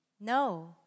No